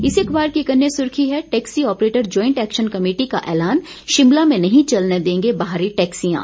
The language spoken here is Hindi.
इस अख़बार की एक अन्य सुर्खी है taxi operator joint action committee का ऐलान शिमला में नहीं चलने देंगे बाहरी टैक्सियां